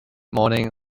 morning